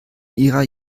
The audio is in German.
ihrer